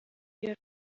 you